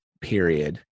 period